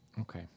Okay